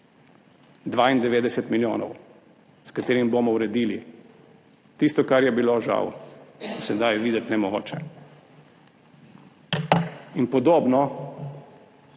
92 milijonov, s katerimi bomo uredili tisto, kar je bilo žal sedaj videti nemogoče. Podobno